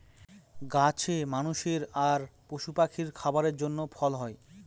গাছে মানুষের আর পশু পাখির খাবারের জন্য ফল হয়